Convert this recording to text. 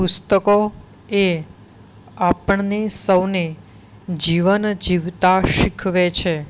પુસ્તકો એ આપણને સૌને જીવન જીવતાં શીખવે છે